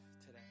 today